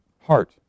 heart